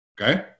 okay